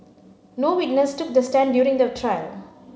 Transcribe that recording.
no witness took the stand during the trial